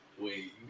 Wait